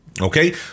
okay